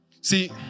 See